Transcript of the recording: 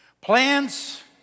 Plans